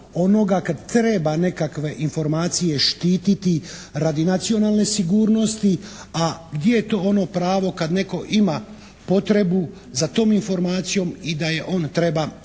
onoga kada treba nekakve informacije štititi radi nacionalne sigurnosti, a gdje je to ono pravo kada netko ima potrebu za tom informacijom i da je on treba